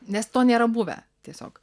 nes to nėra buvę tiesiog